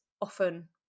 often